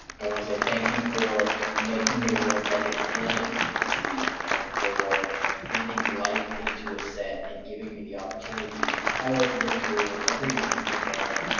i wanna say thank you for making the worlds i get to play in each week and for breathing life into a set and giving me the opportunity and all of your crew and everyone who's involved.